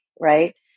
right